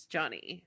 Johnny